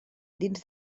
dins